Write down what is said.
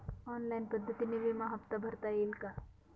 Online पद्धतीने विमा हफ्ता भरता येईल का?